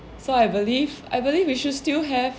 so I believe I believe we should still have